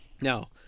Now